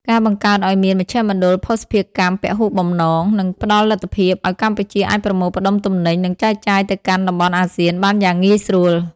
ការបង្កើតឱ្យមាន "មជ្ឈមណ្ឌលភស្តុភារកម្មពហុបំណង" នឹងផ្ដល់លទ្ធភាពឱ្យកម្ពុជាអាចប្រមូលផ្តុំទំនិញ និងចែកចាយទៅកាន់តំបន់អាស៊ានបានយ៉ាងងាយស្រួល។